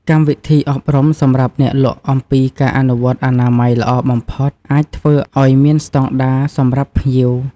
កម្មវិធីអប់រំសម្រាប់អ្នកលក់អំពីការអនុវត្តអនាម័យល្អបំផុតអាចធ្វើអោយឲ្យមានស្តង់ដារសម្រាប់ភ្ញៀវ។